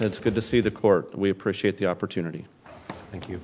it's good to see the court we appreciate the opportunity thank you